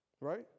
Right